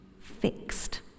fixed